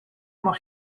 mag